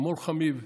חמיו,